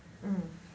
mm